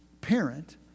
parent